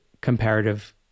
comparative